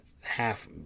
half